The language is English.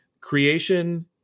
Creation